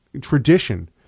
tradition